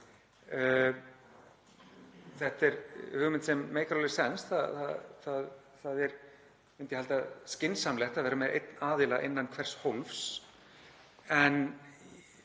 Þetta er hugmynd sem meikar alveg sens, það er, myndi ég halda, skynsamlegt að vera með einn aðila innan hvers hólfs. En